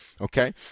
Okay